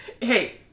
Hey